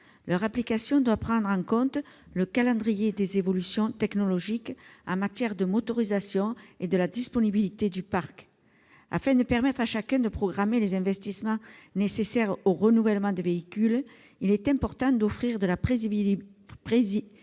Leur application doit prendre en compte le calendrier des évolutions technologiques en matière de motorisation et la disponibilité du parc. Afin de permettre à chacun de programmer les investissements nécessaires au renouvellement des véhicules, il est important d'offrir de la prévisibilité